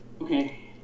Okay